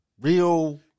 real